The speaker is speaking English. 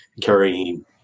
carrying